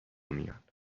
میان